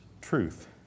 truth